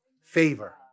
Favor